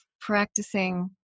practicing